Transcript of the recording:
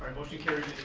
motion carries.